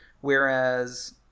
Whereas